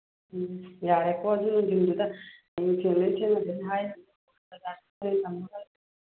ꯎꯃ ꯌꯥꯔꯦꯀꯣ ꯑꯗꯨ ꯅꯨꯡꯊꯤꯟꯗꯨꯗ